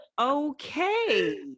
Okay